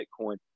Bitcoin